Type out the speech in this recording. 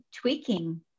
tweaking